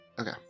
Okay